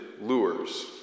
lures